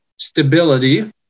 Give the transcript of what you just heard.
Stability